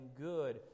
good